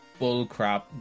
Bullcrap